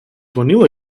vanilla